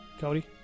Cody